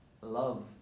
love